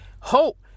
hope